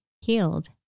healed